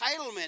entitlement